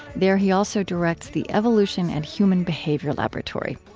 there he also directs the evolution and human behavior laboratory.